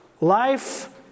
life